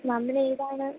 മാമിനേതാണ്